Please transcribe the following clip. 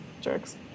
jerks